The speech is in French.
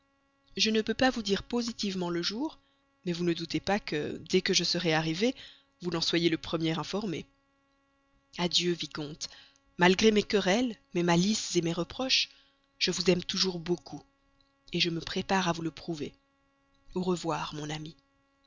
je ne peux pas vous dire positivement le jour mais vous ne doutez pas que dès que je serai arrivée vous n'en soyez le premier informé adieu vicomte malgré mes querelles mes malices mes reproches je vous aime toujours beaucoup je me prépare à vous le prouver au revoir mon ami